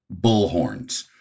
bullhorns